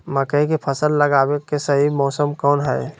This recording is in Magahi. मकई के फसल लगावे के सही मौसम कौन हाय?